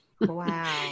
Wow